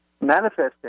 manifesting